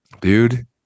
dude